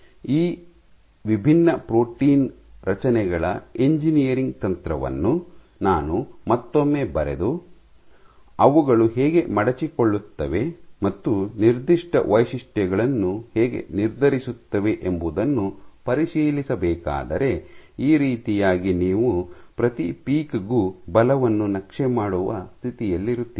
ಆದ್ದರಿಂದ ವಿಭಿನ್ನ ಪ್ರೋಟೀನ್ ರಚನೆಗಳ ಎಂಜಿನಿಯರಿಂಗ್ ತಂತ್ರವನ್ನು ನಾನು ಮತ್ತೊಮ್ಮೆ ಬರೆದು ಅವುಗಳು ಹೇಗೆ ಮಡಚಿಕೊಳ್ಳುತ್ತವೆ ಮತ್ತು ನಿರ್ದಿಷ್ಟ ವೈಶಿಷ್ಟ್ಯಗಳನ್ನು ಹೇಗೆ ನಿರ್ಧರಿಸುತ್ತವೆ ಎಂಬುದನ್ನು ಪರಿಶೀಲಿಸಬೇಕಾದರೆ ಈ ರೀತಿಯಾಗಿ ನೀವು ಪ್ರತಿ ಪೀಕ್ ಗೂ ಬಲವನ್ನು ನಕ್ಷೆ ಮಾಡುವ ಸ್ಥಿತಿಯಲ್ಲಿರುತ್ತೀರಿ